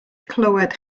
clywed